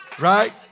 right